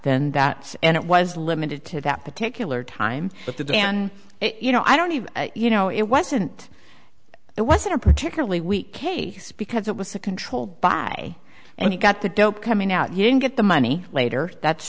then that and it was limited to that particular time but the day and you know i don't even you know it wasn't it wasn't a particularly weak case because it was controlled by and he got the dope coming out he didn't get the money later that's